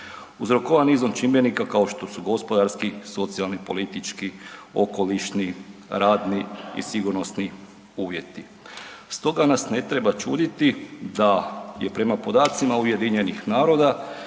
uzrokovan nizom čimbenika kao što su gospodarski, socijalni, politički, okolišni, radni i sigurnosni uvjeti. Stoga nas ne treba čuditi da je prema podacima UN-a